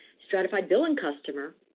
stratified billing customer,